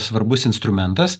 svarbus instrumentas